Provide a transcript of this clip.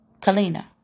Kalina